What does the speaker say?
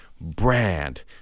brand